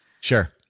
Sure